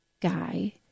guy